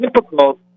difficult